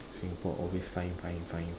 Singapore always fine fine fine